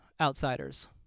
outsiders